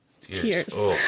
Tears